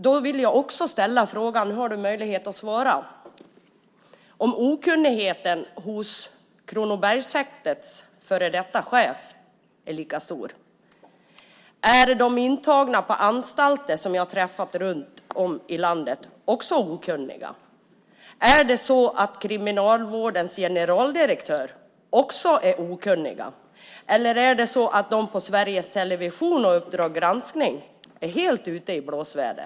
Då vill jag fråga, och nu har du möjlighet att svara, om okunnigheten hos Kronobergshäktets före detta chef är lika stor. Är de intagna på anstalter som jag har träffat runt om i landet okunniga? Är Kriminalvårdens generaldirektör också okunnig? Är det så att de på Sveriges Television och Uppdrag granskning är helt ute i blåsväder?